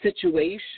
situation